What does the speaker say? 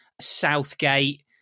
Southgate